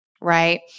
right